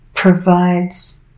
provides